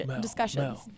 discussions